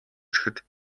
ирэхэд